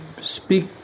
speak